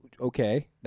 okay